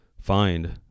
find